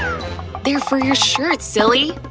they're for your shirt, silly!